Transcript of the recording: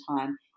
time